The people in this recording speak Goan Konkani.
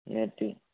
येटी